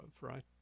right